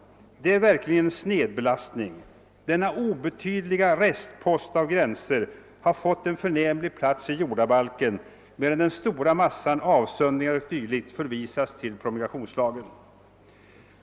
Detta är verkligen en snedbelastning. Denna obetydliga rest av gränser har fått en förnämlig plats i jordabalken medan den stora massan avsöndringar o.d. förvisats till promulgationslagen.